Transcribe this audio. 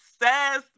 obsessed